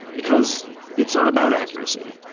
because it's not about accuracy,